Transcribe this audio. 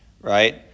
right